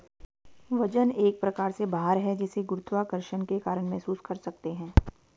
वजन एक प्रकार से भार है जिसे गुरुत्वाकर्षण के कारण महसूस कर सकते है